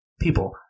people